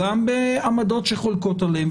גם בעמדות שחולקות עליהם.